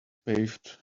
paved